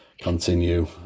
continue